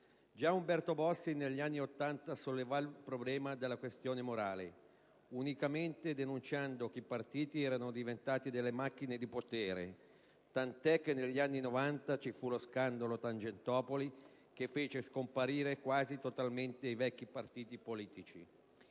Già Umberto Bossi negli anni Ottanta sollevò il problema della questione morale, unicamente denunciando che i partiti erano diventati delle macchine di potere, tant' è che negli anni '90 ci fu lo scandalo Tangentopoli, che fece scomparire quasi totalmente i vecchi partiti politici.